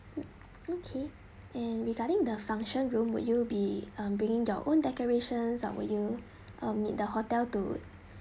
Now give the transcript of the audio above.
okay and regarding the function room would you be bringing your own decorations or will you um need the hotel to